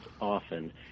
often